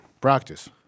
Practice